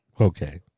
Okay